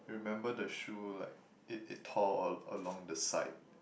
remember the shoe like it it tore along the side